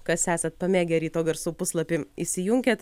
kas esat pamėgę ryto garsų puslapį įsijunkit